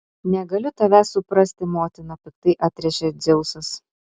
negaliu tavęs suprasti motina piktai atrėžė dzeusas